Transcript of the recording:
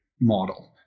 model